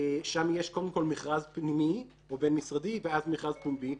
שם יש קודם כל מכרז פנימי או בין-משרדי ואז מכרז פומבי.